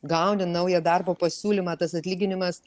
gauni naują darbo pasiūlymą tas atlyginimas